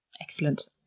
Excellent